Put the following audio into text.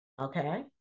okay